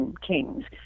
Kings